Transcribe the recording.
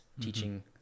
teaching